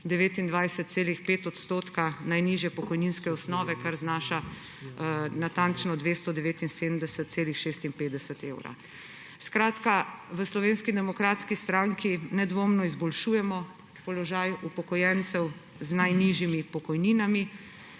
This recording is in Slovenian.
29,5 % najnižje pokojninske osnove, kar znaša natančno 279,56 evra. V Slovenski demokratski stranski nedvomno izboljšujemo položaj upokojencev z najnižjimi pokojninami,